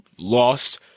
Lost